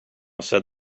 said